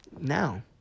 Now